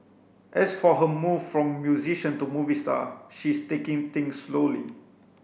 as for her move from musician to movie star she is taking things slowly